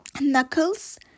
Knuckles